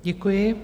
Děkuji.